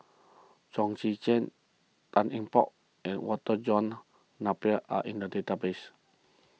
Chong Tze Chien Tan Eng Bock and Walter John Napier are in the database